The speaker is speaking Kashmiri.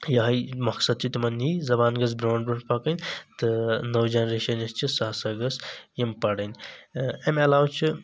یہے مقصد چھ تِمن یی زبان گٔژھ برونٛٹھ برونٛٹھ پکٔنۍ تہٕ نٔو جنریشن یُس چھ سُہ ہسا گٔژھ یِم پرٕنۍ امہِ علاوٕ چھ